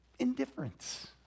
indifference